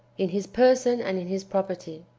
in his person and in his property.